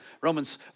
Romans